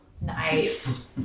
Nice